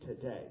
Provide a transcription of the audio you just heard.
today